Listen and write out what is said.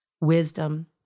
wisdom